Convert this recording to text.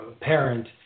parent